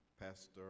Pastor